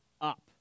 up